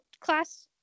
class